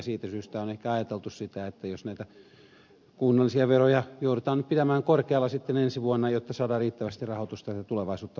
siitä syystä on ehkä ajateltu sitä että näitä kunnallisia veroja joudutaan nyt pitämään korkealla ensi vuonna jotta saadaan riittävästi rahoitusta tulevaisuutta varten